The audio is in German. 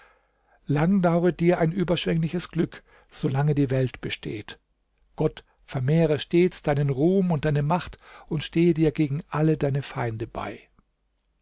lang daure dir ein überschwengliches glück solange die welt besteht gott vermehre stets deinen ruhm und deine macht und stehe dir gegen alle deine feinde bei